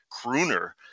crooner